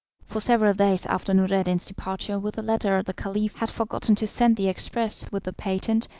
for several days after noureddin's departure with the letter the caliph had forgotten to send the express with the patent,